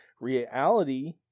Reality